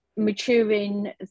maturing